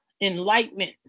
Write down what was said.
enlightenment